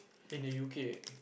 in the U_K